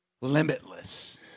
limitless